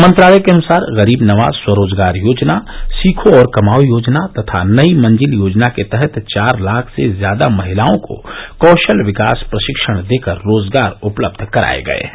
मंत्रालय के अनुसार गरीब नवाज स्वरोजगार योजना सीखो और कमाओ योजना तथा नई मंजिल योजना के तहत चार लाख से ज्यादा महिलाओं को कौशल विकास प्रशिक्षण देकर रोजगार उपलब्ध कराये गये हैं